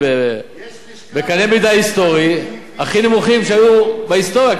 בקנה מידה היסטורי הכי נמוכים שהיו בהיסטוריה.